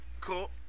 Cool